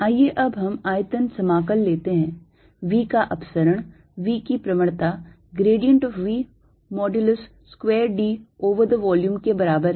आइए अब हम आयतन समाकल लेते हैं V का अपसरण V की प्रवणता grad of V mod square d over the volume के बराबर है